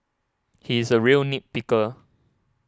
he is a real nit picker